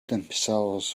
themselves